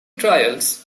trials